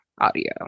audio